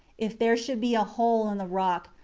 if there should be a hole in the rock,